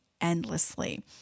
endlessly